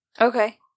Okay